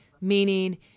meaning